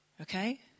Okay